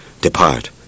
depart